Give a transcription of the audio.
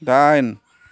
दाइन